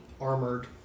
armored